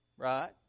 Right